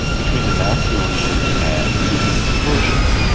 between the macedonians and the persians.